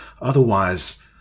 otherwise